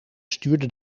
stuurde